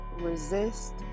resist